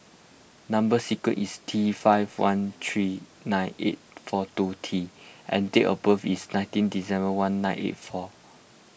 Number Sequence is T five one three nine eight four two T and date of birth is nineteen December one nine eight four